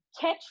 catch